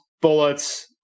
bullets